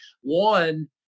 One